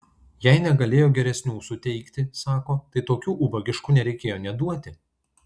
jei negalėjo geresnių suteikti sako tai tokių ubagiškų nereikėjo nė duoti